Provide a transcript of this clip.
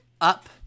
Up